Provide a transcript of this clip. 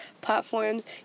platforms